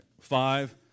Five